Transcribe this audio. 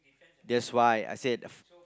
that's why I said